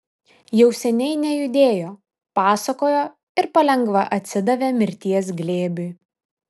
jau seniai nejudėjo pasakojo ir palengva atsidavė mirties glėbiui